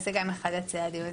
זה גם אחד הצעדים.